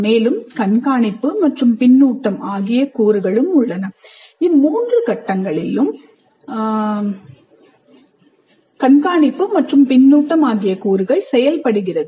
மேலும் கண்காணிப்பு மற்றும் பின்னூட்டம் ஆகிய கூறுகள் இம்மூன்று கட்டங்களிலும் செயல்படுகிறது